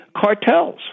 cartels